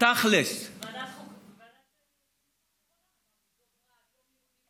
בוועדת החינוך האחרונה אמרתי,